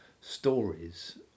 stories